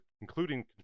including